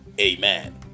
Amen